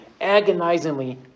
agonizingly